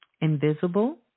invisible